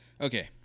Okay